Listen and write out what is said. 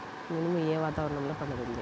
మినుము ఏ వాతావరణంలో పండుతుంది?